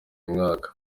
mwaka